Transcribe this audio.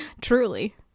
truly